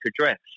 address